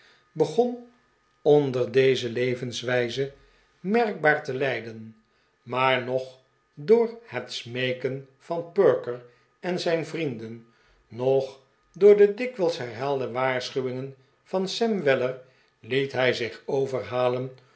begon onder deze levenswijze merkbaar te lijden maar noch door het smeeken van perker en zijn vrienden noch door de dikwijls herhaalde waarschuwingen van sam weller liet hij zich overhalen